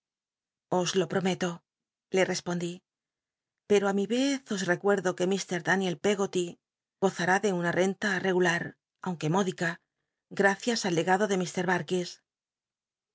os lo prometo le respondí pero i mi vez os i'ccnerdo que fda y el peggoty hará de una renta regular aunque módica gacias al legado de